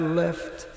left